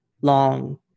long